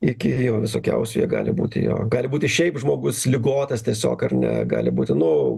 iki jo visokiausių jų gali būti jo gali būti šiaip žmogus ligotas tiesiog ar ne gali būti nu